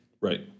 Right